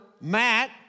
Matt